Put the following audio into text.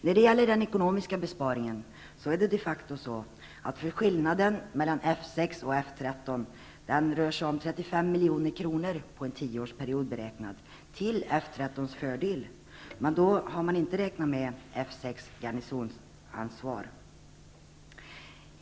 När det gäller den ekonomiska besparingen är det de facto så, att skillnaden mellan F 6 och F 13 rör sig om 35 milj.kr. under en tioårsperiod, till fördel för F 13. Men då har man inte räknat med det garnisonsansvar som F 6 har.